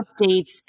updates